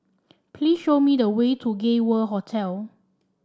please show me the way to Gay World Hotel